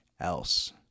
else